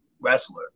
wrestler